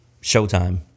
showtime